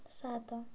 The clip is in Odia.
ସାତ